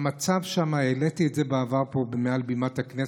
את המצב שם העליתי בעבר פה, מעל בימת הכנסת.